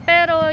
Pero